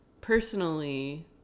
personally